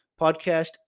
podcast